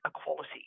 equality